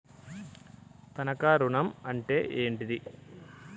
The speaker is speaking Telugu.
తనఖా ఋణం అంటే ఏంటిది?